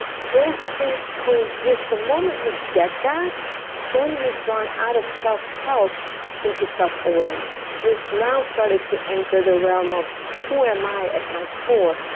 both things co-exist. the moment you get that then you've gone out of self-help into self-awareness. you've now started to enter the realm of who am i at my core,